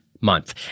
month